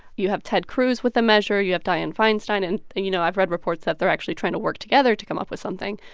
you have ted cruz with a measure. you have dianne feinstein, and, and you know, i've read reports that they're actually trying to work together to come up with something.